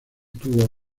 tuvo